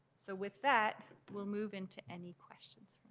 so with that we'll move into any questions.